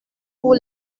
pour